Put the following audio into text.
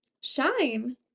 shine